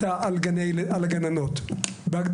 לנו אין שליטה על הגננות, בהגדרה.